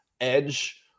edge